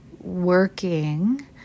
working